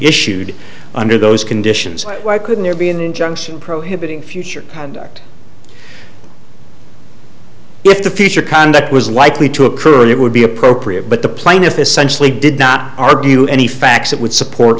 issued under those conditions why couldn't there be an injunction prohibiting future if the future conduct was likely to occur and it would be appropriate but the plaintiff essentially did not argue any facts that would support